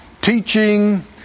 teaching